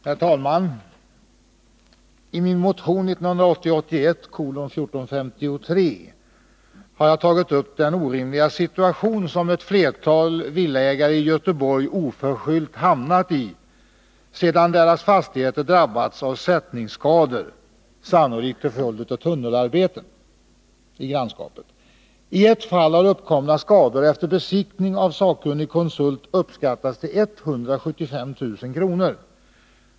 Herr talman! I min motion 1980/81:1453 har jag tagit upp den orimliga situation som ett flertal villaägare i Göteborg oförskyllt hamnat i sedan deras fastigheter drabbats av sättningsskador, sannolikt till följd av tunnelarbeten i grannskapet. I ett fall har uppkomna skador efter besiktning av sakkunnig konsult uppskattats till 175 000 kr.